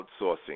outsourcing